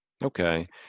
Okay